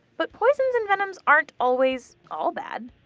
but poisons and venoms aren't always all bad.